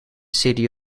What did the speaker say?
city